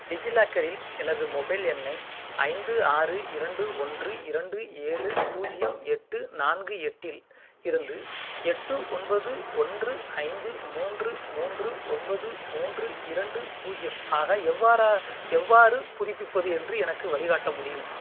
டிஜிலாக்கரில் எனது மொபைல் எண்ணை ஐந்து ஆறு இரண்டு ஒன்று இரண்டு ஏழு பூஜ்ஜியம் எட்டு நான்கு எட்டில் இருந்து எட்டு ஒன்பது ஒன்று ஐந்து மூன்று மூன்று ஒன்பது மூன்று இரண்டு பூஜ்ஜியம் ஆக எவ்வாற எவ்வாறு புதுப்பிப்பது என்று எனக்கு வழிகாட்ட முடியுமா